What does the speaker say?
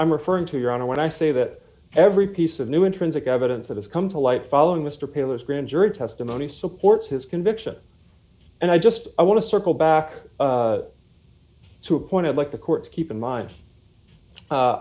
i'm referring to your honor when i say that every piece of new intrinsic evidence that has come to light following mr pillers grand jury testimony supports his conviction and i just i want to circle back to a point i'd like the court to keep in mind